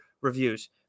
reviews